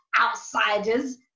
outsiders